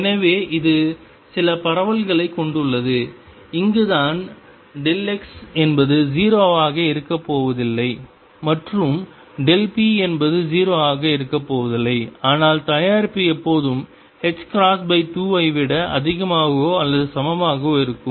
எனவே இது சில பரவல்களைக் கொண்டுள்ளது இங்குதான் x என்பது 0 ஆக இருக்கப் போவதில்லை மற்றும்p என்பது 0 ஆக இருக்கப்போவதில்லை ஆனால் தயாரிப்பு எப்போதும் 2 ஐ விட அதிகமாகவோ அல்லது சமமாகவோ இருக்கும்